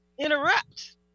interrupt